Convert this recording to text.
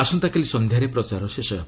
ଆସନ୍ତାକାଲି ସନ୍ଧ୍ୟାରେ ପ୍ରଚାର ଶେଷ ହେବ